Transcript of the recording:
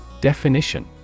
Definition